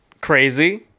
crazy